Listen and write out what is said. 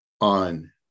on